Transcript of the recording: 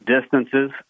distances